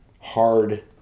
hard